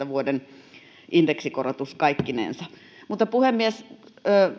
vuoden kaksituhattayhdeksäntoista indeksikorotus kaikkinensa puhemies